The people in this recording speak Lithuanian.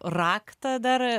raktą dar